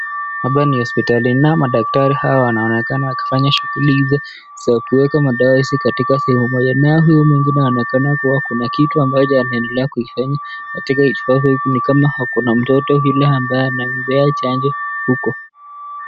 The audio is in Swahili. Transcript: Hapa ni hospitalini, na hawa madaktari hawa wanaonekana wakifanya shughuli hizo za kuweka dawa hizi katika sehemu moja. Na huyu mwingine anaonekana kuwa kuna kitu ambacho anaendelea kukifanya. Katika hiyo chupa, ni kama ako na mtoto yule anampatia chanjo huko.